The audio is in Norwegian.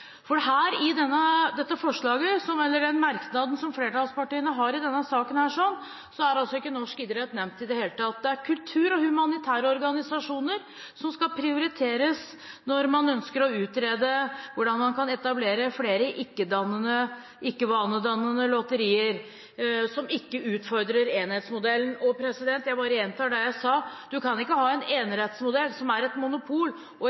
For her – i den merknaden som flertallspartiene har i denne saken – er altså ikke norsk idrett nevnt i det hele tatt; det er «kultur og humanitære organisasjoner» som skal prioriteres når man ønsker å utrede hvordan man kan etablere flere ikke-vanedannende lotterier som ikke utfordrer enerettsmodellen. Og jeg bare gjentar det jeg sa: Du kan ikke ha en enerettsmodell som er et monopol, og